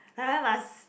!huh! must